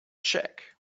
check